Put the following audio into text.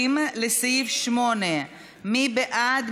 20, לסעיף 8. מי בעד?